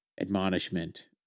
admonishment